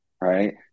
right